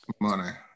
money